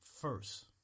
first